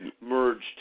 merged